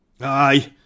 Aye